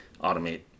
automate